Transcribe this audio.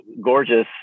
gorgeous